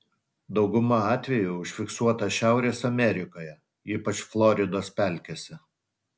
dauguma atvejų užfiksuota šiaurės amerikoje ypač floridos pelkėse